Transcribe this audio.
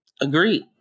Agreed